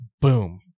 Boom